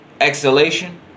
exhalation